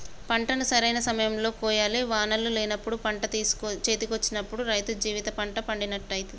పంటను సరైన సమయం లో కోయాలి వానలు లేనప్పుడు పంట చేతికొచ్చినప్పుడు రైతు జీవిత పంట పండినట్టయితది